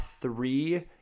three